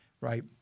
right